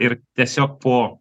ir tiesiog po